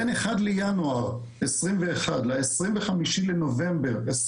בין ה-1 בינואר 2021 עד ל-25 בנובמבר 2021,